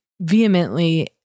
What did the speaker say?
vehemently